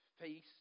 face